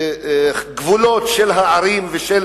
והגבולות של הערים ושל